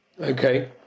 Okay